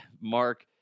Mark